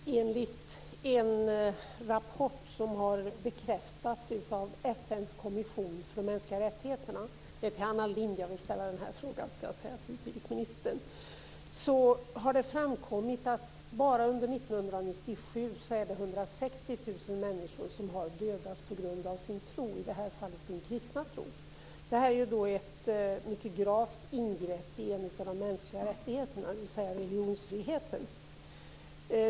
Herr talman! Det är till utrikesminister Anna Lindh jag vill ställa denna fråga. Enligt en rapport som har bekräftats av FN:s kommission för de mänskliga rättigheterna har det framkommit att 160 000 människor har dödats på grund av sin tro bara under 1997 - i detta fall sin kristna tro. Detta är ett mycket gravt ingrepp i en av de mänskliga rättigheterna, dvs. religionsfriheten.